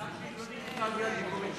ההצבעה שלי לא נקלטה בגלל הדיבורים שלך.